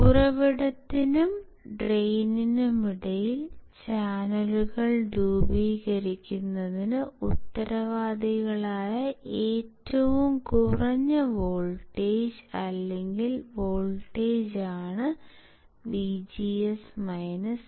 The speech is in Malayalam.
ഉറവിടത്തിനും ഡ്രെയിനിനുമിടയിൽ ചാനലുകൾ രൂപീകരിക്കുന്നതിന് ഉത്തരവാദികളായ ഏറ്റവും കുറഞ്ഞ വോൾട്ടേജ് അല്ലെങ്കിൽ വോൾട്ടേജാണ് VGS VT